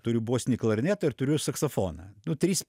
turiu bosinį klarnetą ir turiu saksofoną nu trys